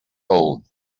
old